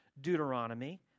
Deuteronomy